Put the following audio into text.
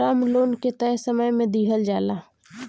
term loan के तय समय में दिहल जाला